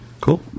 Cool